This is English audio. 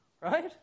Right